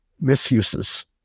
Misuses